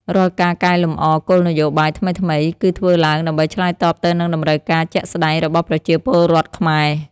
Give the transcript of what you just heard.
រាល់ការកែលម្អគោលនយោបាយថ្មីៗ គឺធ្វើឡើងដើម្បីឆ្លើយតបទៅនឹងតម្រូវការជាក់ស្ដែងរបស់ប្រជាពលរដ្ឋខ្មែរ។